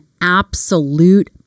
absolute